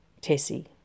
Tessie